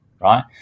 right